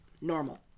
normal